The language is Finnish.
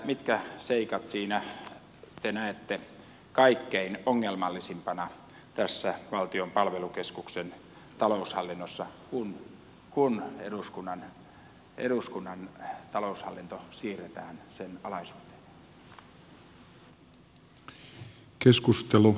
mitkä seikat te näette kaikkein ongelmallisimpina tässä valtion palvelukeskuksen taloushallinnossa kun eduskunnan taloushallinto siirretään sen alaisuuteen